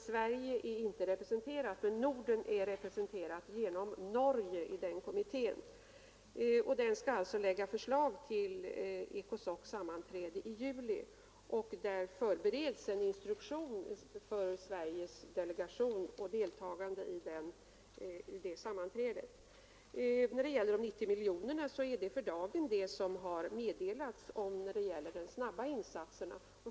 Sverige är inte representerat där, men Norden är representerat av Norge. Kommittén skall lägga fram förslag till ECOSOC:s sammanträde i juli, och nu förbereds en instruktion för Sveriges delegation som skall delta i det sammanträdet. Det kan tilläggas att de 90 miljonerna är vad som för dagen avdelats för de snabba insatserna.